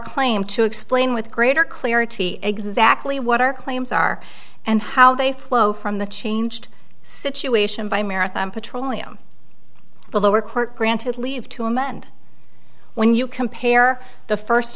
claim to explain with greater clarity exactly what our claims are and how they flow from the changed situation by maritime petroleum the lower court granted leave to him and when you compare the first